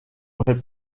répond